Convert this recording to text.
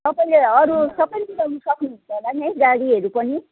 तपाईँले अरू सबै मिलाउनु सक्नुहुन्छ होला नि है गाडीहरू पनि